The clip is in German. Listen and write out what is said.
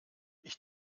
ich